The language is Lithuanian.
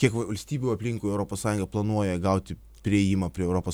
kiek valstybių aplinkui europos sąjungą planuoja gauti priėjimą prie europos